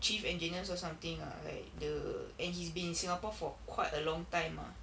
chief engineer or something ah like the and he's been in singapore for quite a long time ah